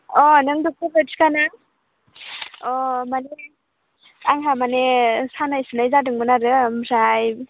अ नों डक्ट'र लथिखा ना अ माने आंहा माने सानाय सुनाय जादोंमोन आरो ओमफ्राय